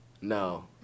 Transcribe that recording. No